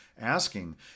asking